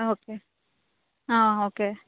okay okay